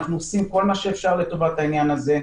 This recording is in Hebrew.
אנחנו עושים כל מה שאפשר לטובת העניין הזה.